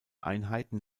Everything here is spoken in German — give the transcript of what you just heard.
einheiten